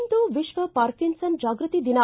ಇಂದು ವಿಶ್ವ ಪಾರ್ಕಿನ್ಸನ್ಲ್ ಜಾಗೃತಿ ದಿನ